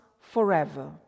forever